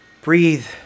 breathe